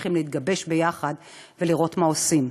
צריכות להתגבש יחד ולראות מה עושים: